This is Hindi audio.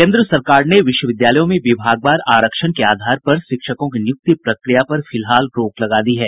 केंद्र सरकार ने विश्वविद्यालयों में विभागवार आरक्षण के आधार पर शिक्षकों की नियुक्ति प्रक्रिया पर फिलहाल रोक लगा दी है